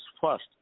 first